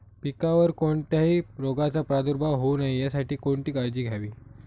पिकावर कोणत्याही रोगाचा प्रादुर्भाव होऊ नये यासाठी कोणती काळजी घ्यावी?